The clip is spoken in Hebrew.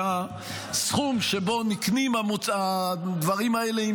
שהסכום שבו נקנים הדברים האלה,